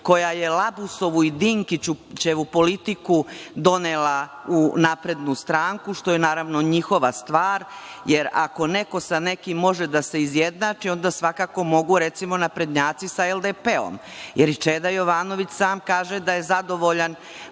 koja je Labusovu i Dinkićevu politiku donela u SNS, što je naravno njihova stvar, jer ako neko sa nekim može da se izjednači onda svakako mogu. Recimo naprednjaci sa LDP-om, jer i Čeda Jovanović sam kaže, da je zadovoljan